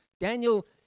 Daniel